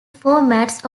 formats